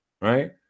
right